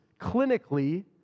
clinically